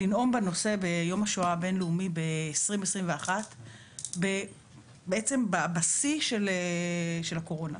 לנאום בנושא ביום השואה הבין-לאומי ב-2021 בעצם בשיא של הקורונה,